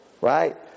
right